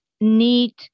need